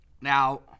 Now